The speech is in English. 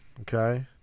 Okay